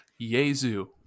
Yezu